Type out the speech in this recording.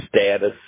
status